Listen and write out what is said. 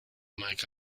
mike